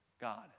God